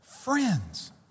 friends